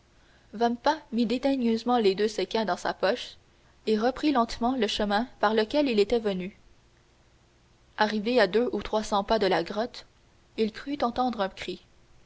l'hôte vampa mit dédaigneusement les deux sequins dans sa poche et reprit lentement le chemin par lequel il était venu arrivé à deux ou trois cents pas de la grotte il crut entendre un cri